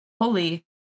holy